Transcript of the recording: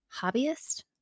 hobbyist